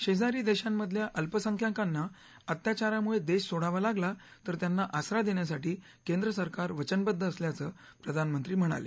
शेजारी देशांमधल्या अल्पसंख्याकांना अत्याचारामुळे देश सोडावा लागला तर त्यांना आसरा देण्यासाठी केंद्र सरकार वचनबद्व असल्याचं प्रधानमंत्री म्हणाले